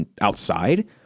outside